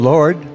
Lord